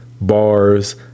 bars